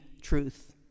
truth